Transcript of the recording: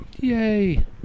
Yay